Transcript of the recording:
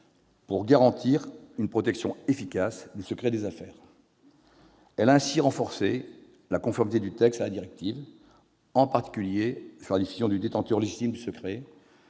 pour garantir une protection efficace du secret des affaires. Elle a ainsi renforcé la conformité du texte à la directive, en particulier sur la définition du détenteur légitime du secret,